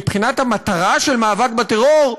מבחינת המטרה של מאבק בטרור,